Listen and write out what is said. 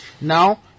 Now